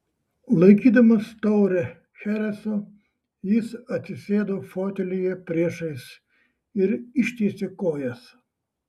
laikydamas taurę chereso jis atsisėdo fotelyje priešais ir ištiesė kojas